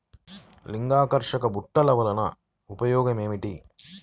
లింగాకర్షక బుట్టలు వలన ఉపయోగం ఏమిటి?